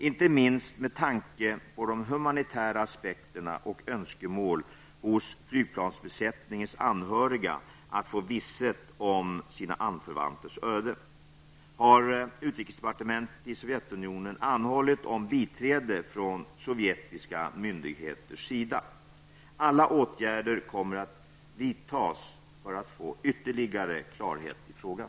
Inte minst med tanke på de humanitära aspekterna och önskemål hos flygplansbesättningens anhöriga att få visshet om sina anförvanters öde, har utrikesdepartementet till Sovjetunionen anhållit om biträde från sovjetiska myndigheters sida. Alla åtgärder kommer att vidtas för att få ytterligare klarhet i frågan.